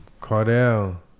Cardell